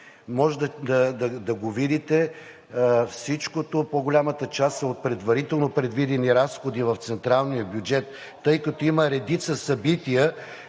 може да го видите. Всичкото – по-голямата част, от предварително предвидени разходи в централния бюджет, тъй като има редица събития,